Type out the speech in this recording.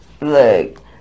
Look